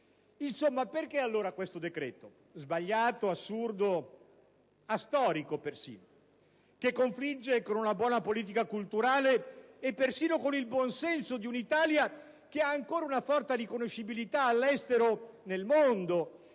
Insomma, perché allora questo decreto tanto sbagliato, assurdo e astorico, che confligge con una buona politica culturale e persino con il buon senso di una Italia che ha ancora una forte riconoscibilità nel mondo